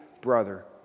brother